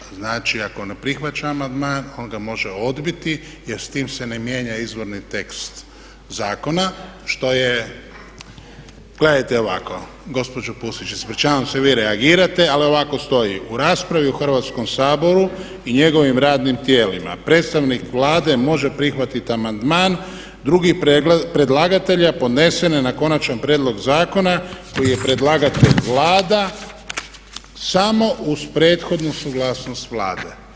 Znači ako ne prihvaća amandman on ga može odbiti jer s time se ne mijenja izvorni tekst zakona što je… … [[Upadica se ne čuje.]] Gledajte ovako, gospođo Pusić, ispričavam se, vi reagirate ali ovako stoji, u raspravi u Hrvatskom saboru i njegovim radnim tijelima predstavnik Vlade može prihvatiti amandman, … predlagatelja podnesen je na konačni prijedlog zakona koji je predlagatelj Vlada samo uz prethodnu suglasnost Vlade.